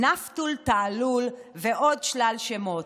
"נפתול תעלול" ועוד שלל שמות.